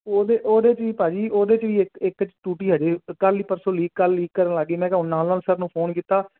ਉਹਦੇ ਉਹਦੇ ਤੇ ਹੀ ਭਾਜੀ ਉਹਦੇ 'ਚ ਵੀ ਇੱਕ ਟੂਟੀ ਅਜੇ ਕੱਲ ਹੀ ਪਰਸੋਂ ਲੀ ਕੱਲ ਲੀਕ ਕਰਨ ਲੱਗ ਗਏ ਮੈਂ ਕਿਹਾ ਨਾਲ ਨਾਲ ਸਾਨੂੰ ਫੋਨ ਕੀਤਾ